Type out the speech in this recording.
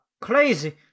crazy